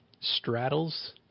straddles